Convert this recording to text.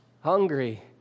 hungry